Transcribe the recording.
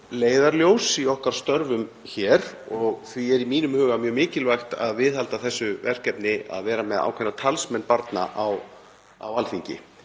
leiðarljós í okkar störfum hér. Því er í mínum huga mjög mikilvægt að viðhalda þessu verkefni, að vera með ákveðna talsmenn barna á Alþingi.